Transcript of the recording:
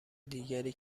دیگری